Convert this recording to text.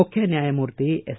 ಮುಖ್ಯ ನ್ಯಾಯಮೂರ್ತಿ ಎಸ್